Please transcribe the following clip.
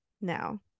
now